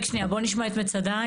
רק שנייה, בואו נשמע את מצדה.